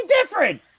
different